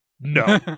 no